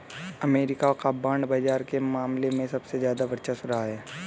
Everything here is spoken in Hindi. अमरीका का बांड बाजार के मामले में सबसे ज्यादा वर्चस्व रहा है